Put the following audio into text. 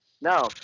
No